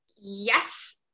yes